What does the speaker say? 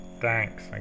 thanks